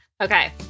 okay